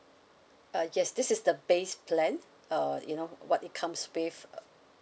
uh yes this is the base plan uh you know what it comes with